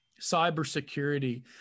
cybersecurity